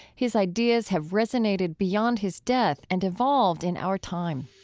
his ideas have resonated beyond his death and evolved in our time